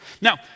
Now